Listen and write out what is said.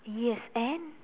yes and